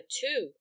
two